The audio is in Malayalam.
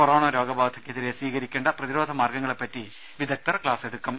കൊറോണ രോഗ ബാധയ്ക്കെതിരെ സ്വീകരിക്കേണ്ട പ്രതിരോധ മാർഗങ്ങളെപ്പറ്റി വിദഗ്ദർ ക്ലാസെടുക്കും